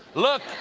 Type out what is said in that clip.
look,